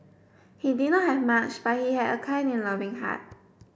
he did not have much but he had a kind and loving heart